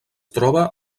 troba